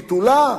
ביטולה.